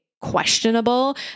questionable